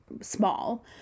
small